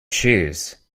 shoes